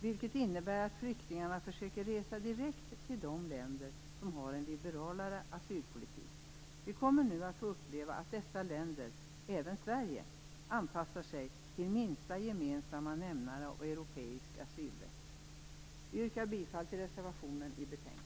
Det innebär att flyktingarna försöker resa direkt till de länder som har en liberalare asylpolitik. Vi kommer nu att få uppleva att dessa länder, även Sverige, anpassar sig till minsta gemensamma nämnare i europeisk asylrätt. Vi yrkar bifall till reservationen i betänkandet.